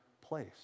place